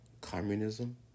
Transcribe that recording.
communism